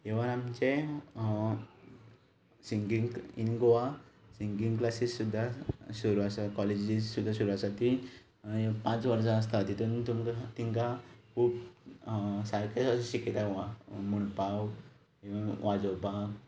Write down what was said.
even आमचें singing in Goa singing classes सुद्दां सुरू आसा कॉलेजी स्कुलां आसा तीं पांच वर्सां आसता तितून तेंकां येवपा बी सारकें म्हणपाक इवन वाजोवपा